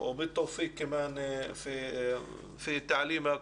תודה רבה רבה.